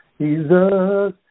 Jesus